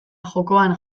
jokoan